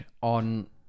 on